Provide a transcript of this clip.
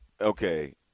okay